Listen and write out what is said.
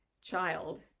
child